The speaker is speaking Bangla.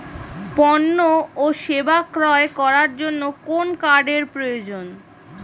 পণ্য ও সেবা ক্রয় করার জন্য কোন কার্ডের প্রয়োজন?